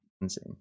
Insane